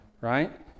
Right